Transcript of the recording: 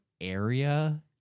area